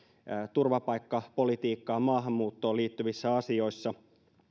turvapaikkapolitiikkaan maahanmuuttoon liittyvissä asioissa